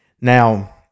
Now